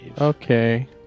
Okay